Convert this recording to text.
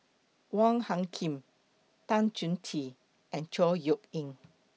Wong Hung Khim Tan Chong Tee and Chor Yeok Eng